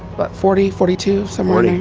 but forty forty two somewhere yeah